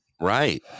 Right